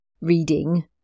reading